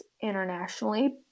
internationally